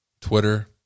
Twitter